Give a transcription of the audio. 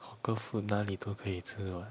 hawker food 哪里都可以吃 what